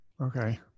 Okay